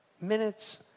minutes